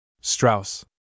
Strauss